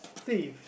thieves